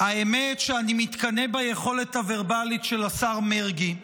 האמת שאני מתקנא ביכולת הוורבלית של השר מרגי.